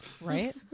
Right